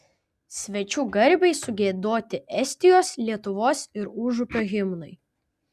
svečių garbei sugiedoti estijos lietuvos ir užupio himnai